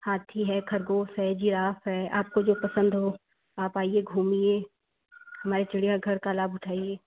हाथी है ख़रगोश है जिराफ है आपको जो पसंद हो आप आइए घूमिए हमारे चिड़ियाघर का लाभ उठाइए